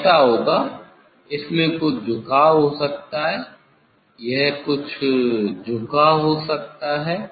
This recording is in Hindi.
ऐसा होगा इसमें कुछ झुकाव हो सकता है यह कुछ झुका हो सकता है